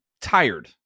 tired